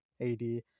AD